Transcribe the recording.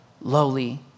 lowly